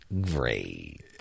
Great